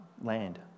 land